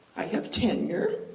i have tenure,